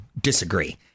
disagree